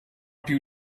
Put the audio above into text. più